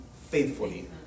faithfully